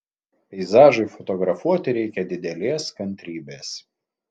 peizažui fotografuoti reikia didelės kantrybės